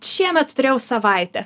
šiemet turėjau savaitę